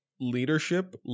leadership